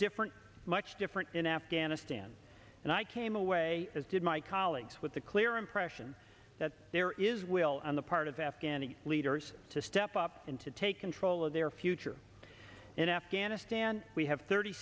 different much different in afghanistan and i came away as did my colleagues with the clear impression that there is will on the part of afghan leaders to step up and to take control of their future in afghanistan we have thirty